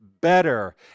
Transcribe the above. better